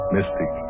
Mystic